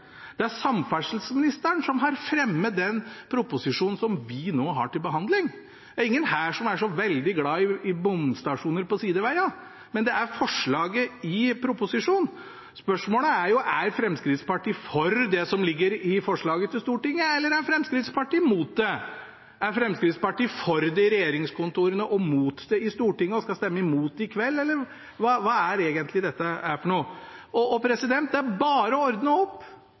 Det er samferdselsministeren som har fremmet den proposisjonen som vi nå har til behandling. Det er ingen her som er så veldig glad i bomstasjoner på sidevegene, men det er forslaget i proposisjonen. Spørsmålet er: Er Fremskrittspartiet for det som ligger i forslaget til Stortinget, eller er Fremskrittspartiet mot det? Er Fremskrittspartiet for det i regjeringskontorene og mot det i Stortinget og skal stemme imot i kveld – eller hva er egentlig dette for noe? Det er bare å ordne opp, det er bare å